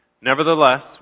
Nevertheless